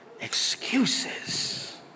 excuses